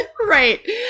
Right